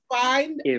find